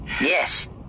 Yes